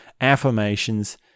affirmations